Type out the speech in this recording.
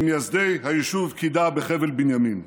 ממייסדי היישוב קידה בחבל בנימין.